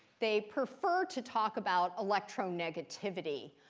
they prefer to talk about electronegativity.